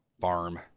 farm